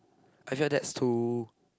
I felt that's too